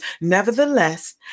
Nevertheless